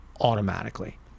automatically